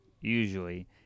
usually